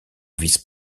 vice